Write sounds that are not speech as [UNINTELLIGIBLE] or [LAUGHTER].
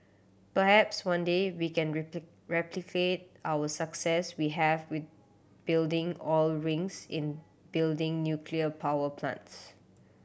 perhaps one day we can [UNINTELLIGIBLE] replicate our success we have with building oil rings in building nuclear power plants